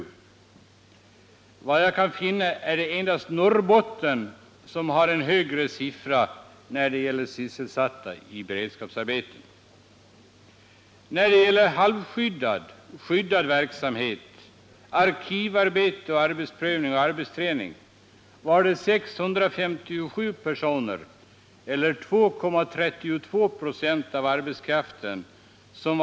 Såvitt jag kan finna är det endast Norrbotten som har en högre siffra när det gäller sysselsatta i beredskapsarbete. I halvskyddad och skyddad verksamhet, arkivarbete och arbetsprövning-arbetsträning sysselsattes i mars i år 657 personer eller 2,32 96 av arbetskraften.